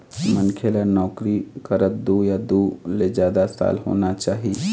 मनखे ल नउकरी करत दू या दू ले जादा साल होना चाही